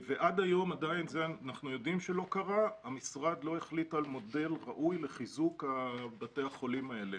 עד היום המשרד לא החליט על מודל ראוי לחיזוק בתי החולים האלה.